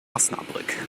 osnabrück